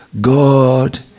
God